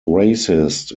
racist